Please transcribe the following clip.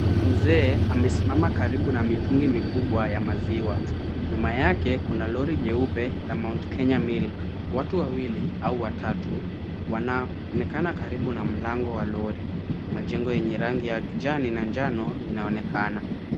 Mzee amesimama karibu na mitungi kubwa ya maziwa. Nyuma yake kuna lori jeupe la Mount Kenya Milk. Watu wawili au watatu wanaonekana karibu na lango la lori. Majengo yenye rangi ya kijani na njano inaonekana.